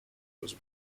was